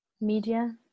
media